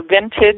vintage